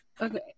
Okay